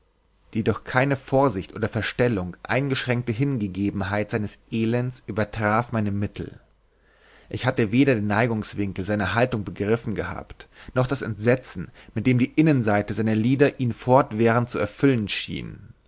die durch keine vorsicht oder verstellung eingeschränkte hingegebenheit seines elends übertraf meine mittel ich hatte weder den neigungswinkel seiner haltung begriffen gehabt noch das entsetzen mit dem die innenseite seiner lider ihn fortwährend zu erfüllen schien